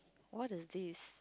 what is this